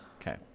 Okay